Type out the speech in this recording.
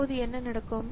இப்போது என்ன நடக்கும்